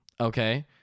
okay